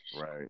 Right